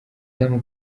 tom